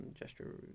gesture